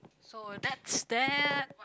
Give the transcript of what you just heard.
so that's that